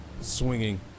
swinging